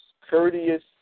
courteous